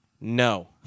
no